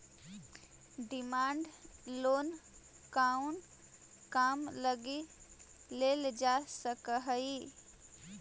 Demand loan कउन काम लगी लेल जा सकऽ हइ?